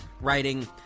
writing